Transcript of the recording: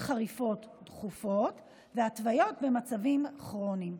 חריפות דחופות ולהתוויות במצבים כרוניים.